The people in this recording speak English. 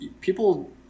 people